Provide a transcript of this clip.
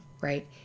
right